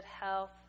health